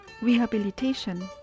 rehabilitation